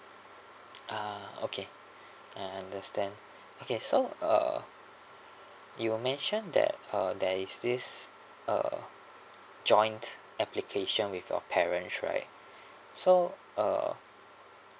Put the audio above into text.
uh okay I understand okay so uh you mention that uh there is this uh joint application with your parents right so uh